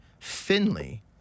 Finley